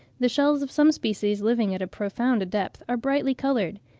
the shells of some species living at a profound depth are brightly coloured,